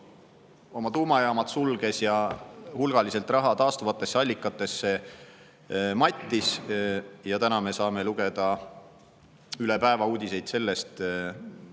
oma tuumajaamad sulges ja hulgaliselt raha taastuvatesse allikatesse mattis. Ja täna me saame lugeda üle päeva uudiseid sellest,